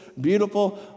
beautiful